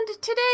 today